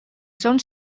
son